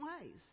ways